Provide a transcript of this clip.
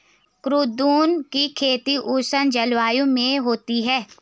कुद्रुन की खेती उष्ण जलवायु में होती है